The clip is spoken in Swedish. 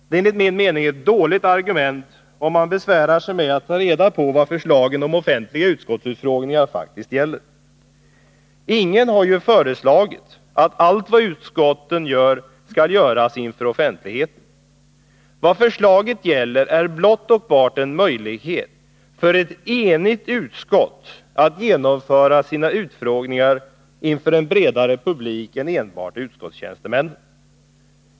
Det är enligt min mening ett dåligt argument, om man besvärar sig med att ta reda på vad förslaget om offentliga utskottsutfrågningar faktiskt gäller. Ingen har ju föreslagit att allt vad utskotten gör skall göras inför offentligheten. Vad förslaget gäller är blott och bart en möjlighet för ett enigt utskott att genomföra sina utfrågningar inför en bredare publik än enbart utskottstjänstemännen.